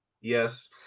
Yes